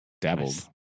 dabbled